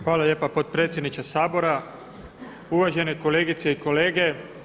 Hvala lijepa potpredsjedniče Sabora, uvažene kolegice i kolege.